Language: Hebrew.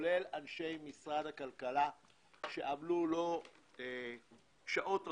אני רוצה לברך את אנשי משרד הכלכלה שעמלו שעות רבות,